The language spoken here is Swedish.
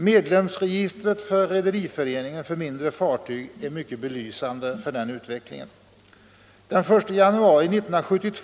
Medlemsregistret för Rederiförening för mindre fartyg är mycket belysande för utvecklingen.